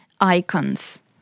icons